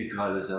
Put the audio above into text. נקרא לזה.